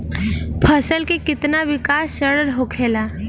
फसल के कितना विकास चरण होखेला?